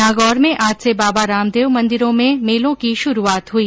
नागौर में आज से बाबा रामदेव मंदिरों में मेलों की शुरूआत हुई